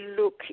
look